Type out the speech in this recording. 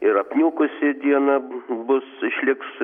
ir apniukusi diena bus išliks